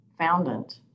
Foundant